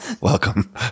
welcome